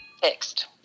fixed